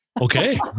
Okay